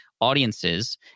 audiences